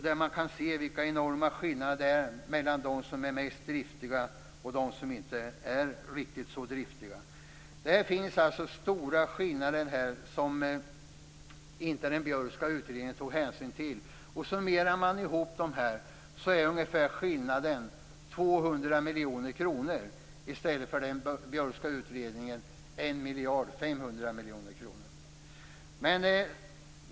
Där kan man se vilka enorma skillnader det är mellan dem som är mest driftiga och dem som inte är riktigt så driftiga. Det finns alltså stora skillnader som den Björkska utredningen inte tog hänsyn till. Summerar man dem får man en skillnad på ungefär 200 miljoner kronor i stället för den Björkska utredningens 1 miljard 500 miljoner kronor.